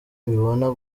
mbibona